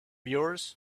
yours